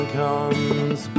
comes